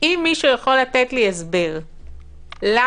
מישהו יכול לתת לי הסבר למה